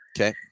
okay